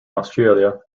australia